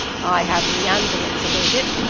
i have me antherums aboot it!